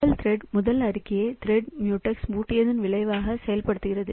முதல் திரெட் முதல் அறிக்கையை திரெட் முடெக்ஸை பூட்டியதன் விளைவாக செயல்படுத்துகிறது